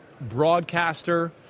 broadcaster